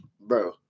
bro